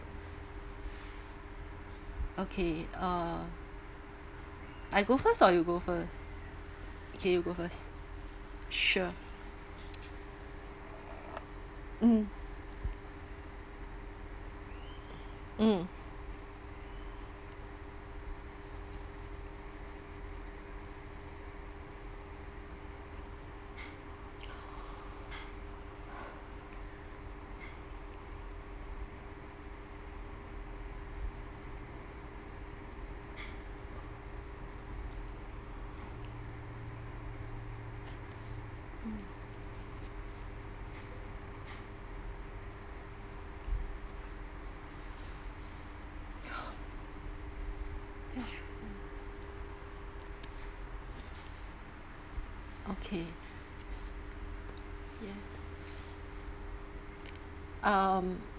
okay uh I go first or you go first okay you go first sure mm mm um